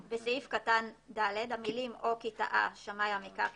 בסעיף קטן (ד), המילים "או כי טעה שמאי המקרקעין